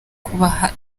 kubaha